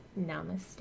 Namaste